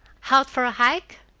out for a hike?